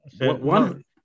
one